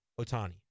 Otani